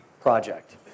Project